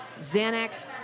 Xanax